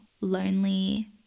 lonely